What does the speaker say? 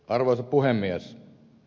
arvoisa puhemies